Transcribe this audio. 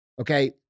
okay